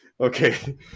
Okay